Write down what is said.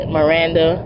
Miranda